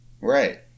Right